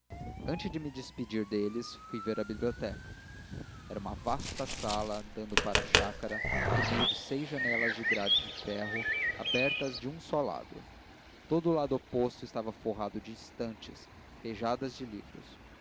antes de me despedir deles fui ver a biblioteca era uma vasta sala dando para a chácara por meio de seis janelas de grade de ferro abertas de um só lado todo o lado oposto estava forrado de estantes pejadas de livros